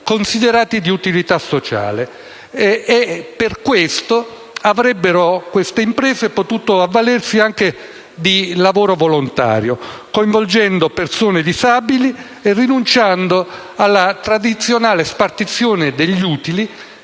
considerati di utilità sociale e per questo avrebbero potuto avvalersi anche di lavoro volontario, coinvolgendo persone disabili e rinunciando alla tradizionale spartizione degli utili